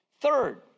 Third